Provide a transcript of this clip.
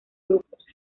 grupos